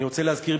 אני רוצה להזכיר,